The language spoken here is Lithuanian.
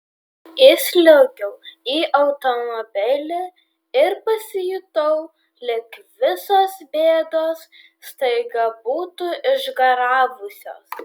įsliuogiau į automobilį ir pasijutau lyg visos bėdos staiga būtų išgaravusios